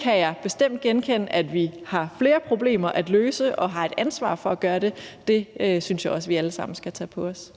kan jeg bestemt genkende, og at vi har flere problemer at løse og har et ansvar for at gøre det, synes jeg også at vi alle sammen skal tage på os.